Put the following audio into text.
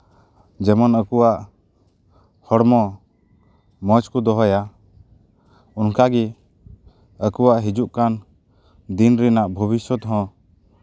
ᱡᱮᱢᱚᱱ ᱟᱠᱚᱣᱟᱜ ᱦᱚᱲᱢᱚ ᱢᱚᱡᱽ ᱠᱚ ᱫᱚᱦᱚᱭᱟ ᱚᱱᱠᱟᱜᱮ ᱟᱠᱚᱣᱟᱜ ᱦᱤᱡᱩᱜ ᱠᱟᱱ ᱫᱤᱱ ᱨᱮᱱᱟᱜ ᱵᱷᱚᱵᱤᱥᱥᱚᱛ ᱦᱚᱸ